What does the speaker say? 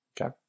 Okay